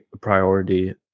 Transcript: priority